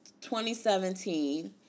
2017